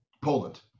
Poland